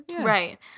Right